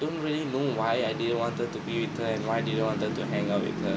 don't really know why I didn't wanted to be with her and why didn't wanted to hang out with her